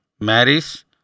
marries